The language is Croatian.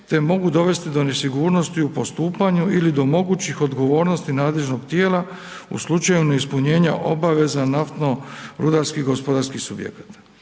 te mogu dovesti do nesigurnosti u postupanju ili do mogućih odgovornosti nadležnog tijela u slučaju neispunjenja obaveza naftno rudarskih gospodarskih subjekata.